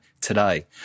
today